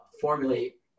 formulate